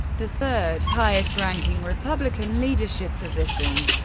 the third-highest-ranking republican leadership position.